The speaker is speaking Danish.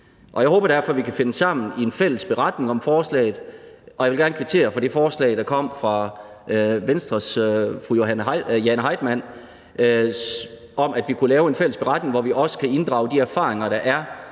Jeg håber derfor, at vi kan finde sammen i en fælles beretning om forslaget, og jeg vil gerne kvittere for det forslag, der kom fra Venstres fru Jane Heitmann, om at lave en fælles beretning, hvor vi også kan inddrage de erfaringer, der er